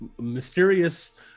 mysterious